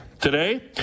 today